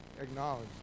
acknowledge